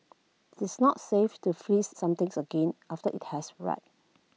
it's not safe to freeze something again after IT has red